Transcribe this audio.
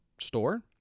store